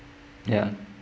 ya